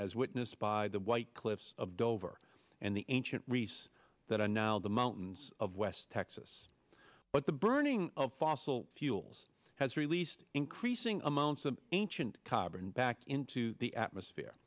as witnessed by the white cliffs of dover and the ancient reefs that are now the mountains of west texas but the burning of fossil fuels has released increasing amounts of ancient carbon back into the atmosphere